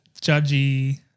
judgy